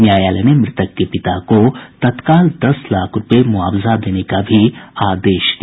न्यायालय ने मृतक के पिता को तत्काल दस लाख रुपया मुआवजा देने का भी आदेश दिया